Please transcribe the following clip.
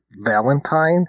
Valentine